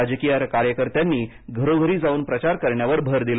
राजकीय कार्यकर्त्यांनी घरोघरी जाऊन प्रचार करण्यावर भर दिला